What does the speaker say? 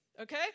Okay